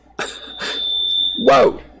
Whoa